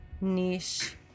niche